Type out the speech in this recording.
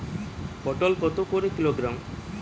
পটল কত করে কিলোগ্রাম?